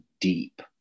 deep